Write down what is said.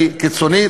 היא קיצונית,